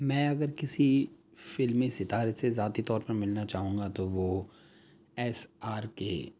میں اگر کسی فلمی ستارے سے ذاتی طور پر ملنا چاہوں گا تو وہ ایس آر کے